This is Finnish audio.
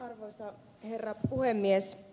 arvoisa herra puhemies